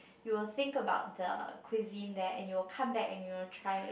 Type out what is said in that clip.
you will think about the cuisine there and you'll come back and you'll try